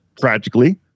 Tragically